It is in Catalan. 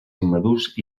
immadurs